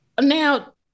Now